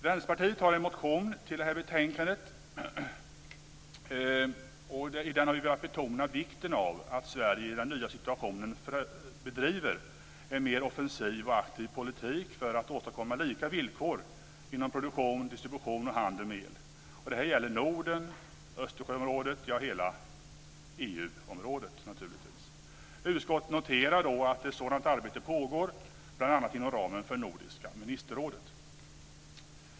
Vänsterpartiet har i en motion till det här betänkandet velat betona vikten av att Sverige i den nya situationen bedriver en mer offensiv och aktiv politik för att åstadkomma lika villkor inom produktion, distribution och handel med el. Detta gäller Norden, Östersjöområdet - ja, naturligtvis hela EU-området. Utskottet noterar att ett sådant arbete pågår bl.a. inom ramen för Nordiska ministerrådet.